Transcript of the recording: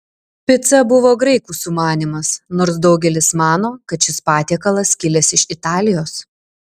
pica buvo graikų sumanymas nors daugelis mano kad šis patiekalas kilęs iš italijos